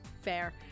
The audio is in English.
Fair